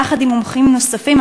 יחד עם מומחים נוספים,